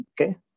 okay